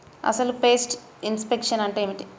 అసలు pest infection అంటే ఏమిటి?